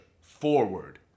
forward